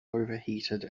overheated